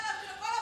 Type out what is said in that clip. ממש לא.